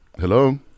hello